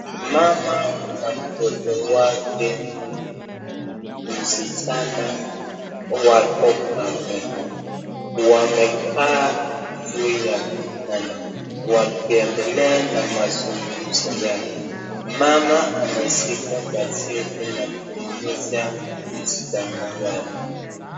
Mama na mtoto wake msichana wako kwenye nje , wamekaa juu ya kitanda wakiendelea na mazungumzo yao. Mama anashika gazeti na kuhimiza msichana yake.